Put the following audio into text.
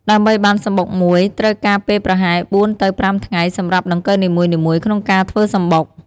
ដើម្បីបានសំបុកមួយ ត្រូវការពេលប្រហែល ៤ ទៅ ៥ ថ្ងៃសម្រាប់ដង្កូវនីមួយៗក្នុងការធ្វើសំបុក។